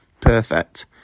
Perfect